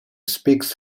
speaks